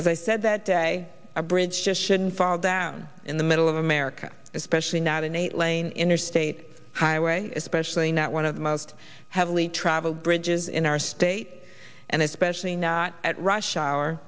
as i said that day a bridge just shouldn't fall down in the middle of america especially not an eight lane interstate highway especially not one of the most heavily traveled bridges in our state and especially not at rush hour